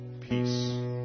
peace